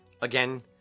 Again